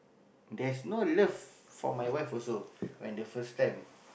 that's no love for my wife also when the first time